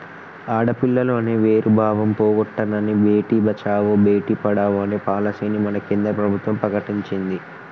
ఆడపిల్లలు అనే వేరు భావం పోగొట్టనని భేటీ బచావో బేటి పడావో అనే పాలసీని మన కేంద్ర ప్రభుత్వం ప్రకటించింది